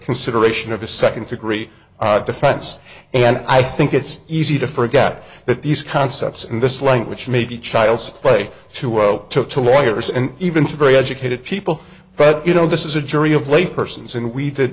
consideration of a second degree of defense and i think it's easy to forget that these concepts in this language may be child's play to zero took two lawyers and even two very educated people fred you know this is a jury of lay persons and we did